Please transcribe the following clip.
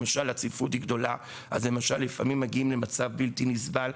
למשל כשהצפיפות גדולה אז לפעמים מגיעים למצב בלתי נסבל.